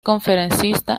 conferencista